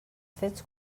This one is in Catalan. fets